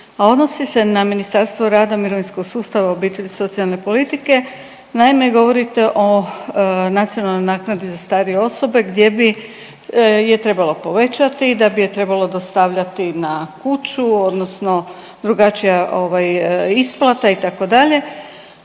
a odnosi se na Ministarstvo rada, mirovinskog sustava, obitelji i socijalne politike. Naime, govorite o nacionalnoj naknadi za starije osobe gdje bi je trebalo povećati, da bi je trebalo dostavljati na kuću odnosno drugačija isplata itd.,